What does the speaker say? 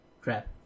Crap